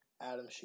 Adam